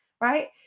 Right